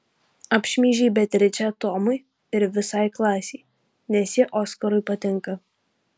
apšmeižei beatričę tomui ir visai klasei nes ji oskarui patinka